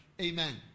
amen